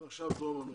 ועכשיו דרום אמריקה.